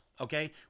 Okay